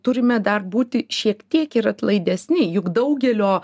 turime dar būti šiek tiek ir atlaidesni juk daugelio